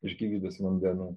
iš gyvybės vandenų